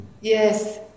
Yes